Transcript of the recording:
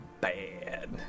bad